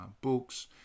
books